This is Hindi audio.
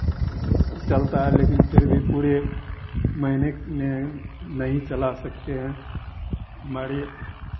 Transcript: चलता है लेकिन फिर भी पूरे महीने में नहीं चला सकते हैं हमारी